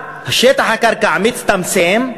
שטח הקרקע מצטמצם,